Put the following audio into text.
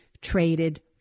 traded